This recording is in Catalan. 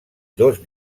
dos